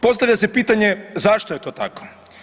Postavlja se pitanje zašto je to tako.